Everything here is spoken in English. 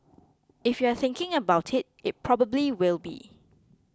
if you're thinking about it it probably will be